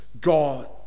God